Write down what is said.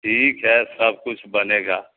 ٹھیک ہے سب کچھ بنے گا